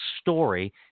story